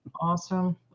Awesome